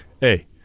hey